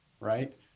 Right